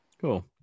Cool